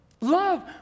Love